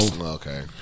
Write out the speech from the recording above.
Okay